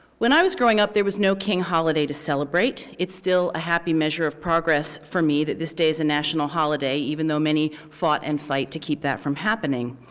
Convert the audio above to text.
when i was growing up, there was no king holiday to celebrate. it's still a happy measure of progress for me that this day's a national holiday, even though many fought and fight to keep that from happening.